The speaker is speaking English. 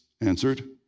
answered